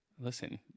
Listen